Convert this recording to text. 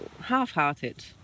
half-hearted